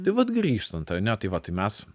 tai vat grįžtant ane tai va tai mes